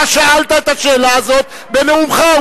אתה שאלת את השאלה הזאת בנאומך.